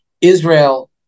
Israel